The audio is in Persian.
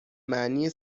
معنی